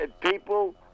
people